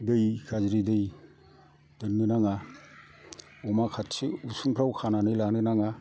दै गाज्रि दै दोननो नाङा अमा खाथि उसुंफ्राव खानानै लानो नाङा